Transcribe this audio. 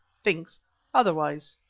thinks otherwise.